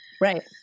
Right